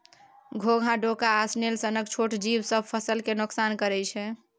घोघा, डोका आ स्नेल सनक छोट जीब सब फसल केँ नोकसान करय छै